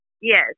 yes